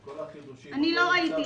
כל החידושים הכול נמצא באתר.